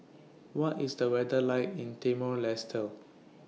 What IS The weather like in Timor Leste